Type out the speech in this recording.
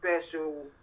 special